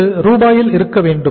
இது ரூபாயில் இருக்க வேண்டும்